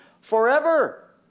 forever